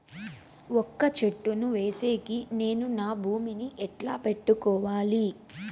వక్క చెట్టును వేసేకి నేను నా భూమి ని ఎట్లా పెట్టుకోవాలి?